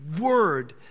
word